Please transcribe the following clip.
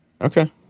Okay